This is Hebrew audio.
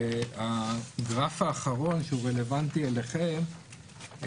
הגרף האחרון, שהוא רלוונטי אליכם,